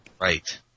Right